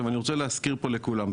אני רוצה להזכיר פה לכולם,